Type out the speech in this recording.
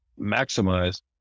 maximize